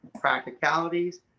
practicalities